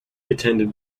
attended